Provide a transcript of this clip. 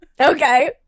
okay